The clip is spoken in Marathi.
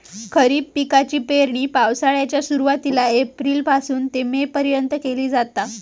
खरीप पिकाची पेरणी पावसाळ्याच्या सुरुवातीला एप्रिल पासून ते मे पर्यंत केली जाता